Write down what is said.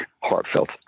heartfelt